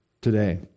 today